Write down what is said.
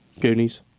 Goonies